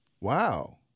Wow